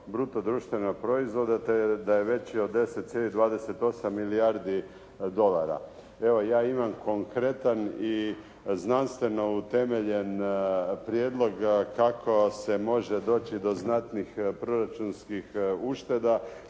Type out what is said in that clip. bruto društvenog proizvoda te da je veći od 10,28 dolara. Evo, ja imam konkretan i znanstveno utemeljen prijedlog kako se može doći do znatnih proračunskih ušteda